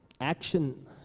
action